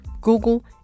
Google